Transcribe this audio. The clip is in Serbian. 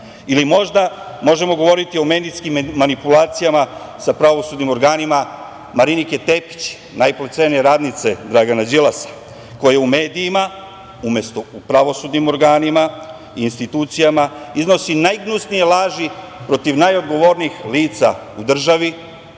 možda možemo govoriti o medijskim manipulacijama sa pravosudnim organima Marinike Tepić, najplaćenije radnice Dragana Đilasa koja u medijima, umesto u pravosudnim organima i institucijama iznosi najgnusnije laži protiv najodgovornijih lica u državi,